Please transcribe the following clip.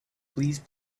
please